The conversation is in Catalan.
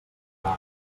rar